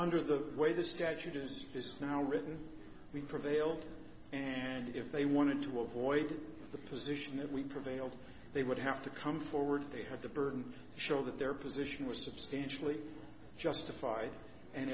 under the way the statute is just now written we prevailed and if they wanted to avoid the position that we prevailed they would have to come forward they had the burden show that their position was substantially justified and